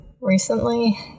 recently